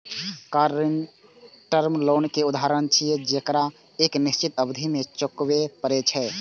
car ऋण term loan के उदाहरण छियै, जेकरा एक निश्चित अवधि मे चुकबै पड़ै छै